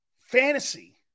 fantasy